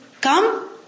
come